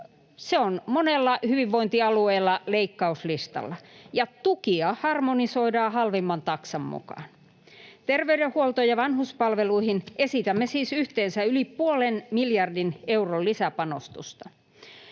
se on monella hyvinvointialueella leikkauslistalla ja tukia harmonisoidaan halvimman taksan mukaan. Terveydenhuoltoon ja vanhuspalveluihin esitämme siis yhteensä yli puolen miljardin euron lisäpanostuksia.